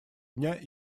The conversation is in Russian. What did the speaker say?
дня